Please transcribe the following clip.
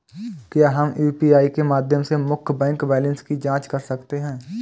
क्या हम यू.पी.आई के माध्यम से मुख्य बैंक बैलेंस की जाँच कर सकते हैं?